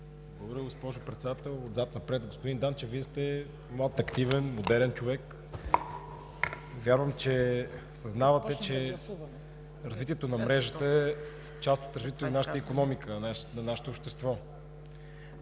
Благодаря, госпожо Председател. Отзад напред. Господин Данчев, Вие сте млад, активен, модерен човек. Вярвам, че съзнавате, че развитието на мрежата е част от развитието на нашата икономика, на нашето общество